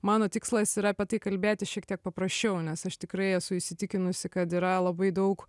mano tikslas yra apie tai kalbėti šiek tiek paprasčiau nes aš tikrai esu įsitikinusi kad yra labai daug